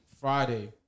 Friday